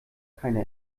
keine